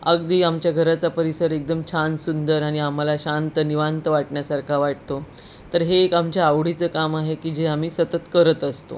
अगदी आमच्या घराचा परिसर एकदम छान सुंदर आणि आम्हाला शांत निवांत वाटण्यासारखा वाटतो तर हे एक आमच्या आवडीचं काम आहे की जे आम्ही सतत करत असतो